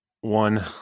one